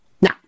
Now